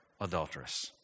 adulteress